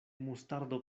mustardo